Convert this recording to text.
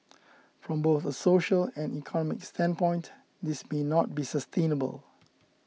from both a social and economic standpoint this may not be sustainable